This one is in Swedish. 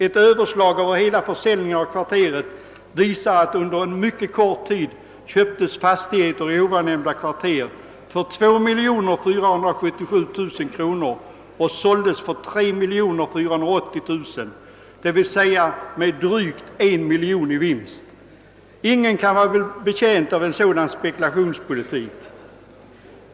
Ett överslag av hela försäljningen i kvarteret visar att under en mycket kort tid fastigheter köptes i ovannämnda kvarter för 2477 000 kronor och såldes för 3480 000 kronor, d.v.s. med drygt 1 miljon i vinst. Ingen kan väl vara betjänt av en sådan spekulationspolitik!